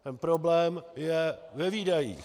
Ten problém je ve výdajích.